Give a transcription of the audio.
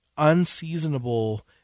unseasonable